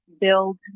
build